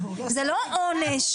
זה לא עונה,